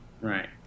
Right